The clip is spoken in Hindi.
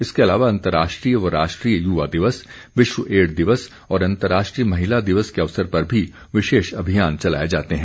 इसके अलावा अंतर्राष्ट्रीय व राष्ट्रीय युवा दिवस विश्व एड्स दिवस और अंतर्राष्ट्रीय महिला दिवस के अवसर पर भी विशेष अभियान चलाए जाते हैं